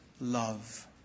love